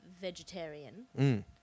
vegetarian